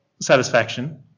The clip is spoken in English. satisfaction